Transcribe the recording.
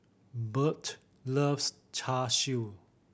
Beth loves Char Siu